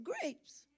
grapes